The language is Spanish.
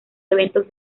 eventos